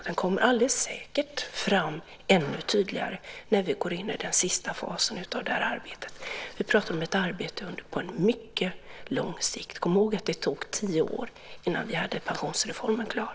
Den kommer alldeles säkert fram ännu tydligare när vi går in i den sista fasen av det här arbetet. Vi pratar om ett arbete på mycket lång sikt. Kom ihåg att det tog tio år innan vi hade pensionsreformen klar.